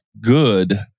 good